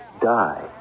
die